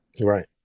Right